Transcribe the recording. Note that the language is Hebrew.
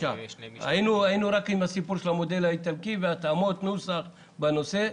היינו רק עם הסיפור של המודל האיטלקי והתאמות נוסח בנושא.